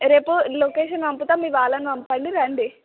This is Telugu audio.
రేపు లొకేషన్ పంపుతాను మీ వాళ్ళని పంపండి రండి